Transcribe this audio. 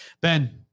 Ben